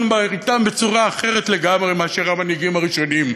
מרעיתם בצורה אחרת לגמרי מאשר המנהיגים הראשונים.